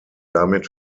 damit